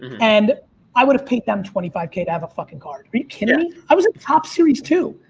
and i would have paid them twenty five k to have a fucking card. are you kidding me? i was at the topps series too.